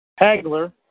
Hagler